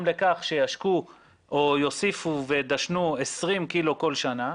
לכך שישקו או יוסיפו וידשנו 20 קילו כל שנה,